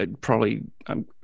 probably—I'm